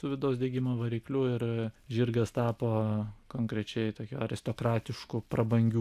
su vidaus degimo varikliu ir žirgas tapo konkrečiai tokiu aristokratišku prabangiu